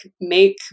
make